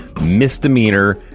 misdemeanor